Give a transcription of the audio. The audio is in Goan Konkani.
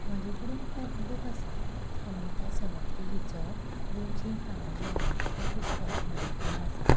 म्हजे कडेन कूक बूक आसा अमिता सलत्री हिचो गोंयची खाणां जेवणां हें पुस्तक म्हजे कडेन आसात